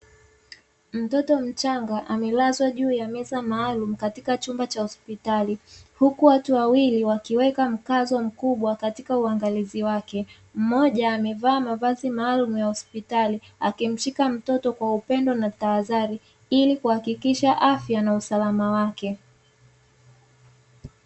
Mtoto mchanga amelazwa juu ya meza maalumu katika chumba cha hospitali huku watu wawili wakiweka mkazo mkubwa katika uangalizi wake, mmoja ameva mavazi maalumu ya hospitali akimshika mtoto kwa upendo na tahadhari ili kuhakikisha afya na usalama wake.